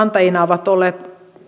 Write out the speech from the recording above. antajina ovat olleet